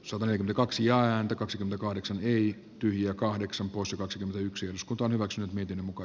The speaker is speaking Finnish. samana kaksi ääntä kaksi kahdeksan neljä tyhjää kahdeksan plus kaksikymmentäyksi uskontoa hyväkseen miten muka